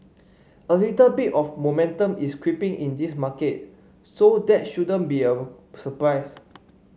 a little bit of momentum is creeping in this market so that shouldn't be a surprise